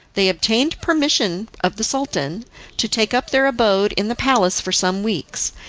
they obtained permission of the sultan to take up their abode in the palace for some weeks,